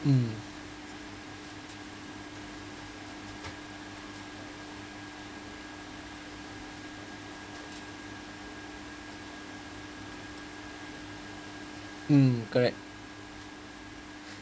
mm mm correct